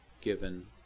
given